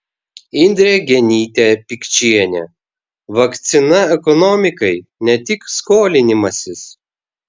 indrė genytė pikčienė vakcina ekonomikai ne tik skolinimasis